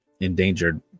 endangered